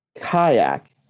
kayak